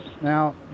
Now